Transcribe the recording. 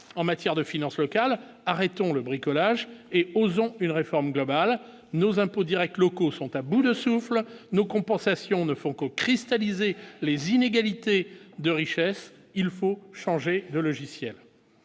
en matière de finances locales arrêtons le bricolage et, osons une réforme globale, nos impôts Directs locaux sont à bout de souffle nos compensation ne font que cristalliser les inégalités de richesse, il faut changer le logiciel